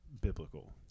biblical